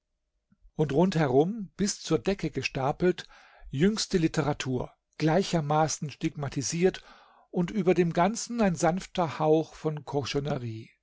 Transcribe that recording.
und rundherum bis zur decke gestapelt jüngste literatur gleichermaßen stigmatisiert und über dem ganzen ein sanfter hauch von